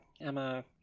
emma